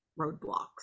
roadblocks